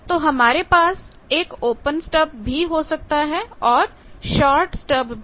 तो हमारे पास एक ओपन स्टब भी हो सकता है और शार्ट स्टब भी